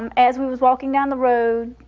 um as we was walking down the road,